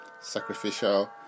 sacrificial